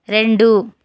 రెండు